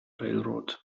railroad